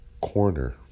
corner